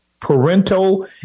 parental